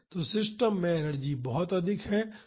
तो सिस्टम में एनर्जी अधिक है